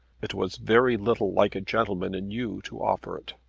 it was very little like a gentleman in you to offer it.